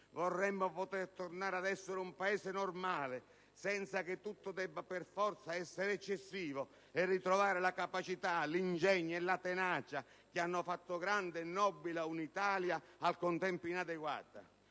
Vorremmo poter tornare ad essere un Paese normale, senza che tutto debba per forza essere eccessivo, e ritrovare la capacità, l'ingegno e la tenacia che hanno fatto grande e nobile un'Italia al contempo inadeguata.